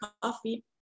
coffee